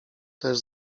też